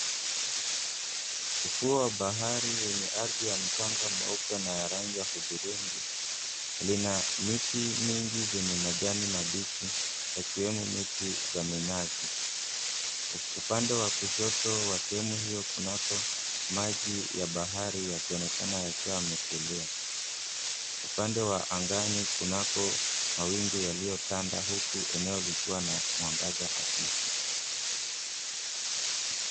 Ufuo wa bahari wenye ardhi ya mchanga mweupe na ya rangi ya hudhurungi lina miti mingi zenye majani mabichi, yakiwemo miti za minazi. Upande wa kushoto wa sehemu hiyo kunako maji ya bahari ya yakionekana yakiwa yametulia. Upande wa angani kunako mawingu yaliyotanda, huku eneo likiwa na mwangaza hafifu.